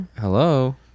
hello